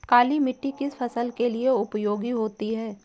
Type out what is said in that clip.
काली मिट्टी किस फसल के लिए उपयोगी होती है?